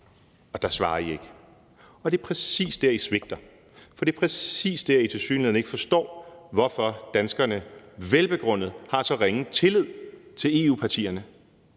Og der svarer I ikke. Det er præcis der, I svigter. For det er præcis der, I tilsyneladende ikke forstår, hvorfor danskerne velbegrundet har så ringe tillid til EU-partierne.